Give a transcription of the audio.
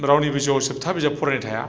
रावनिबो जिउआव जोबथा बिजाब फरायनाय थाया